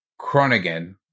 Cronigan